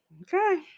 Okay